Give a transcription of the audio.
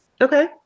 Okay